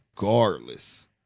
Regardless